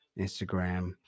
instagram